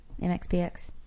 MXPX